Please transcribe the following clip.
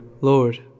Lord